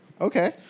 Okay